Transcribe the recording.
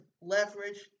leverage